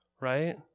right